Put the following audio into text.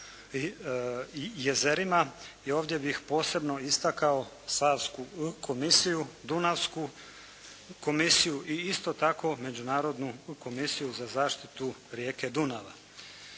jezerima. I ovdje bih posebno istakao Savsku komisiju, Dunavsku komisiju i isto tako Međunarodnu komisiju za zaštitu rijeke Dunava.